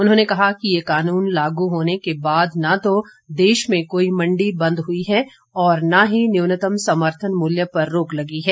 उन्होंने कहा कि ये कानून लागू होने के बाद न तो देश में कोई मंडी बंद हुई है और न ही न्यूनतम समर्थन मूल्य पर रोक लगी है